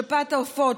שפעת העופות,